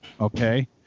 okay